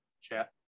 chat